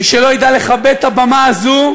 מי שלא ידע לכבד את הבמה הזאת,